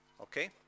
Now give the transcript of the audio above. okay